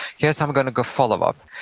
here's how i'm gonna go follow up.